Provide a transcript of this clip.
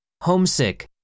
Homesick